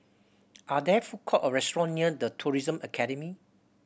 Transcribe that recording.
are there food court or restaurant near The Tourism Academy